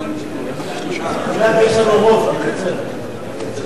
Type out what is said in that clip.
רוב, תקצר.